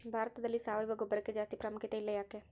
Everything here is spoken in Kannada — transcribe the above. ಭಾರತದಲ್ಲಿ ಸಾವಯವ ಗೊಬ್ಬರಕ್ಕೆ ಜಾಸ್ತಿ ಪ್ರಾಮುಖ್ಯತೆ ಇಲ್ಲ ಯಾಕೆ?